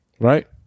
Right